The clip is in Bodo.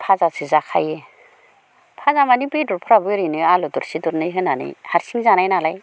भाजासो जाखायो भाजा माने बेदरफ्राबो ओरैनो आलु दरसे दरनै होनानै हारसिं जानाय नालाय